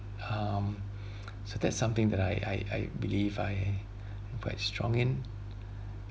um so that's something that I I I believe I I quite strong in